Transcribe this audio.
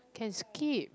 can skip